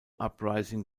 uprising